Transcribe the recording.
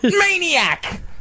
maniac